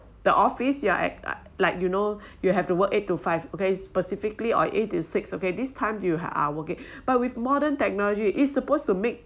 the office you're at like you know you have to work eight to five okay specifically or eight to six okay this time you are working but with modern technology is supposed to make